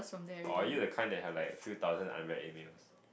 or are you the kind that have like a few thousand unread emails